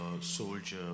soldier